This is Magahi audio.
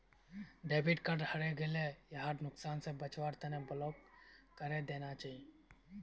डेबिट कार्ड हरई गेला यहार नुकसान स बचवार तना ब्लॉक करे देना चाहिए